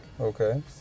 Okay